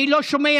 אני לא שומע.